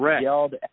Yelled